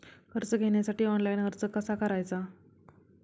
कर्ज घेण्यासाठी ऑनलाइन अर्ज कसा करायचा?